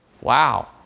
Wow